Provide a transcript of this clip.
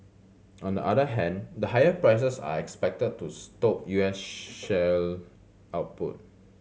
on the other hand the higher prices are expected to stoke U S shale output